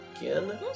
Again